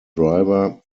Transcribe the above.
driver